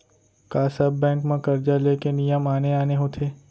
का सब बैंक म करजा ले के नियम आने आने होथे?